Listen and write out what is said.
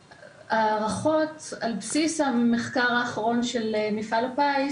ההערכות על בסיס המחקר האחרון של מפעל הפיס